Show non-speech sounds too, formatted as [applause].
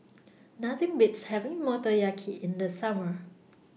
[noise] Nothing Beats having Motoyaki in The Summer